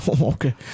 Okay